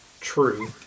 true